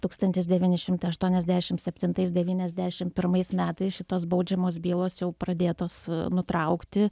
tūkstantis devyni šimtai aštuoniasdešimt septintais devyniasdešimt pirmais metais šitos baudžiamosios bylos jau pradėtos nutraukti